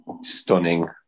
stunning